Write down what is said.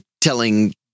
telling